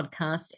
podcast